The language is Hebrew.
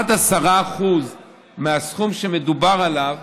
עד 10% מהסכום שמדובר עליו